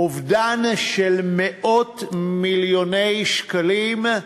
אובדן של מאות-מיליוני שקלים.